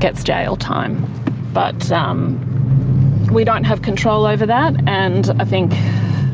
gets jail time but so um we don't have control over that. and i think